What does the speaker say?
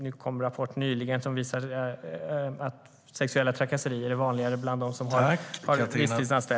Det kom en rapport nyligen som visade att sexuella trakasserier är vanligare bland dem som har visstidsanställningar och så vidare.